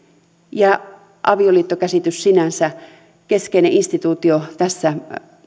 ja avioliittokäsitys sinänsä keskeinen instituutio tässä